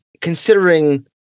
considering